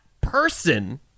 person